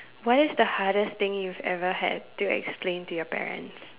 what is the hardest thing you've ever had to explain to your parents